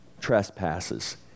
trespasses